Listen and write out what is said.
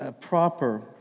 proper